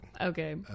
Okay